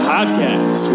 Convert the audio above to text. Podcast